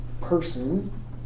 person